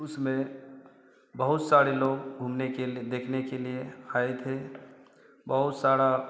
उसमें बहुत सारे लोग घूमने के लिए देखने के लिए आए थे बहुत सारी